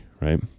right